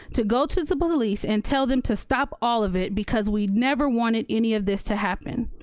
to go to the police and tell them to stop all of it because we never wanted any of this to happen.